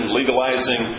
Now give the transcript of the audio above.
legalizing